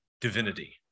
divinity